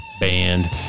band